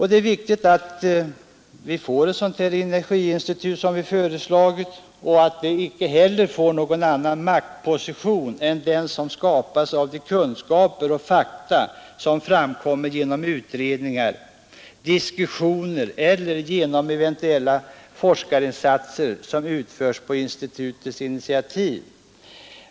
Det är viktigt att ett energiinstitut som vi här föreslagit inte får någon annan maktposition än den som skapas av de kunskaper och fakta som framkommer genom utredningar, diskussioner eller eventuella forskningsinsatser som utförs på institutets initiativ.